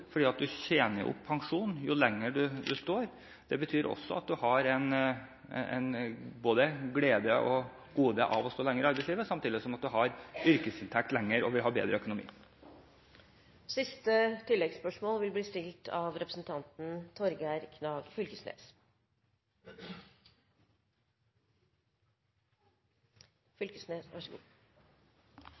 du tjener opp mer pensjon jo lenger du står. Det betyr også at en får både gleder og goder av å stå lenger i arbeidslivet, samtidig som en har yrkesinntekt lenger og vil ha bedre økonomi.